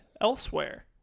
elsewhere